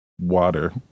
water